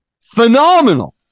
phenomenal